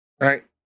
Right